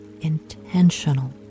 intentional